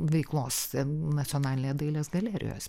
veiklos nacionalinė dailės galerijos